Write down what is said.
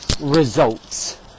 results